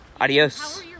Adios